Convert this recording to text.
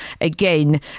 again